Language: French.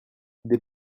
des